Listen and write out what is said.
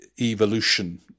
evolution